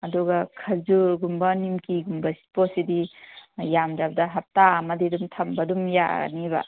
ꯑꯗꯨꯒ ꯈꯖꯨꯔꯒꯨꯝꯕ ꯅꯤꯡꯀꯤꯒꯨꯝꯕ ꯄꯣꯠꯁꯤꯗꯤ ꯌꯥꯝꯗ꯭ꯔꯕꯗ ꯍꯞꯇꯥ ꯑꯃꯗꯤ ꯑꯗꯨꯝ ꯊꯝꯕ ꯑꯗꯨꯝ ꯌꯥꯒꯅꯦꯕ